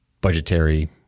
budgetary